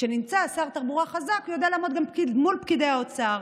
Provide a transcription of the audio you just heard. וכשנמצא שר תחבורה חזק הוא יודע לעמוד גם מול פקידי האוצר.